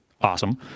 awesome